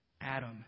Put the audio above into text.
Adam